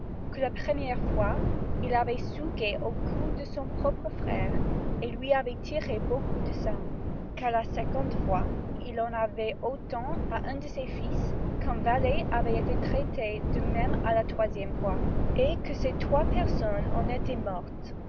que la première fois il avait sucé au cou son propre frère et lui avait tiré beaucoup de sang qu'à la seconde fois il en avait fait autant à un de ses fils qu'un valet avait été traité de même à la troisième fois et que ces trois personnes en étaient mortes